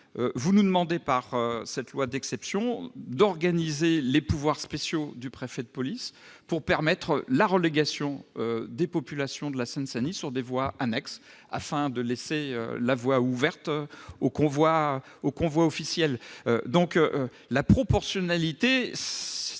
vous nous demandez, par cette loi d'exception, d'organiser les pouvoirs spéciaux du préfet de police pour permettre la relégation des populations de Seine-Saint-Denis sur des voies annexes, afin de laisser le passage libre aux convois officiels. La proportionnalité,